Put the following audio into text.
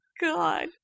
God